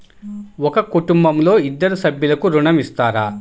ఒక కుటుంబంలో ఇద్దరు సభ్యులకు ఋణం ఇస్తారా?